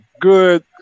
good